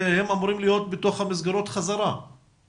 שהם אמורים להיות בתוך המסגרות חזרה,